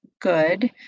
good